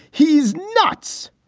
he's nuts.